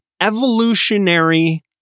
evolutionary